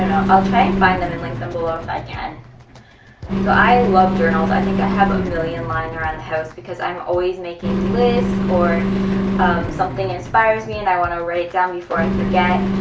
i'll try and find them and link them below if i can so i love journals, i think i have a million lying around the house because i'm always making lists, or something inspires me and i want to write it down before i forget,